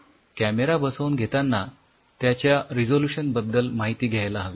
camera बसवून घेताना त्याच्या रेसोलुशन बद्दल माहिती घ्यायला हवी